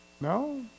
No